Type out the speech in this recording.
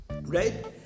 right